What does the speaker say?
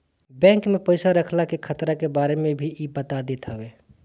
bank में पईसा रखला के खतरा के बारे में भी इ बता देत हवे